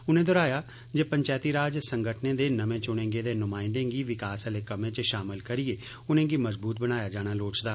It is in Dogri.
उनें दोह्राया जे पंचैती राज संगठने दे नमें चुने गेदे नुमायंदें गी विकास आले कम्मै च षामल करियै उनेंगी मजबूत बनाया जाना लोड़चदा